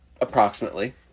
approximately